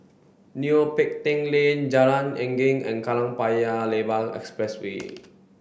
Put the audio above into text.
Neo Pee Teck Lane Jalan Geneng and Kallang Paya Lebar Expressway